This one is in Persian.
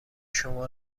شما